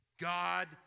God